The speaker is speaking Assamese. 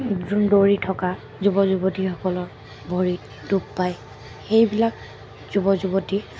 যোন দৌৰি থকা যুৱ যুৱতীসকলৰ ভৰিত দুখ পায় সেইবিলাক যুৱ যুৱতী